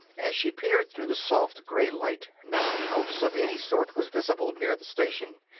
as she peered through the soft gray light not a house of any sort was visible near the station,